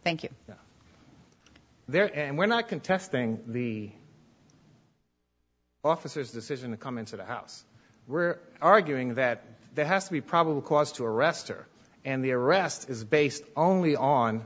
you there and we're not contesting the officers decision to come into the house we're arguing that there has to be probable cause to arrest her and the arrest is based only on